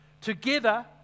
Together